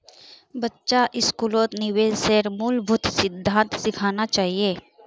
बच्चा स्कूलत निवेशेर मूलभूत सिद्धांत सिखाना चाहिए